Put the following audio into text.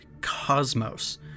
cosmos